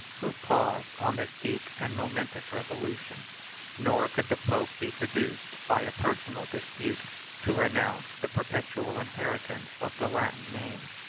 who paused on this deep and momentous revolution nor could the pope be seduced by a personal dispute to renounce the perpetual inheritance of the latin name.